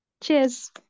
Cheers